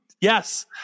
Yes